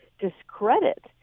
discredit